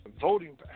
voting